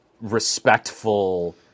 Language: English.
respectful